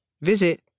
visit